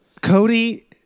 Cody